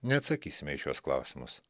neatsakysime į šiuos klausimus